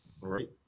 Right